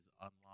unlocked